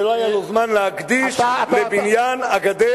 ולא היה לו זמן להקדיש לבניין הגדר